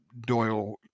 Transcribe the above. Doyle